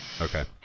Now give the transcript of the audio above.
Okay